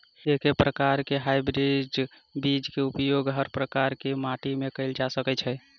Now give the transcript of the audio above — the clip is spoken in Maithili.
एके प्रकार केँ हाइब्रिड बीज केँ उपयोग हर प्रकार केँ माटि मे कैल जा सकय छै?